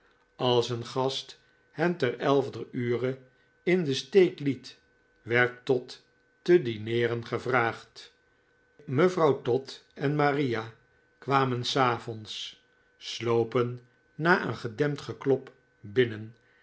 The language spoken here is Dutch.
als een gast hen ter elfder ure in den steek liet werd todd te dineeren gevraagd mevrouw todd en maria kwamen s avonds slopen na een gedempt geklop binnen